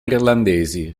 irlandesi